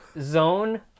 Zone